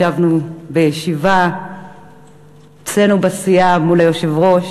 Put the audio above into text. ישבנו בישיבה אצלנו בסיעה מול היושב-ראש